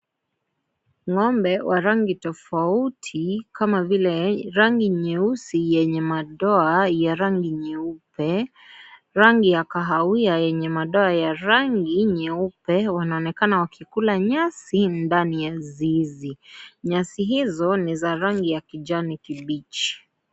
Ngo'mbe wa rangi tofauti kama vile rangi nyeusi yenye madoa ya rangi nyeupe , rangi ya kahawia yenye madoa ya rangi nyeupe ,wanaonekana wakikula nyasi ndani ya zizi. Nyasi hizo ni za rangi ya kijani kibichi.